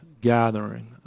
Gathering